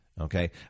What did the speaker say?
Okay